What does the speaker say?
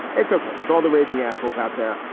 it's ok with all the raging assholes out there.